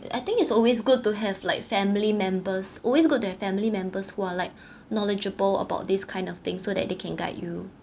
I think it's always good to have like family members always good to have family members who are like knowledgeable about this kind of thing so that they can guide you